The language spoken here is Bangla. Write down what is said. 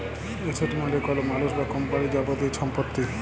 এসেট মালে কল মালুস বা কম্পালির যাবতীয় ছম্পত্তি